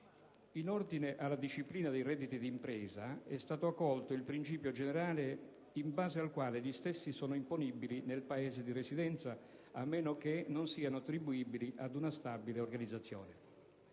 In ordine alla disciplina dei redditi di impresa, è stato accolto il principio generale in base al quale gli stessi sono imponibili nel Paese di residenza, a meno che non siano attribuibili ad una stabile organizzazione.